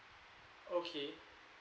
okay